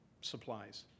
supplies